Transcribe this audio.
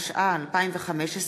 התשע"ה 2015,